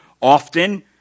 often